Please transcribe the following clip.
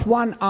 one